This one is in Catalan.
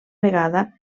vegada